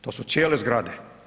To su cijele zgrade.